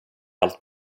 allt